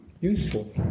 useful